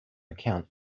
account